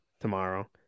tomorrow